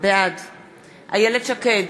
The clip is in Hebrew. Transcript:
בעד איילת שקד,